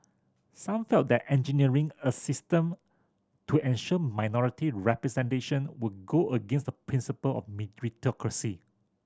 some felt that engineering a system to ensure minority representation would go against the principle of meritocracy